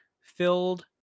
filled